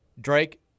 Drake